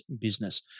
business